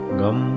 gum